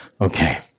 Okay